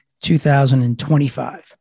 2025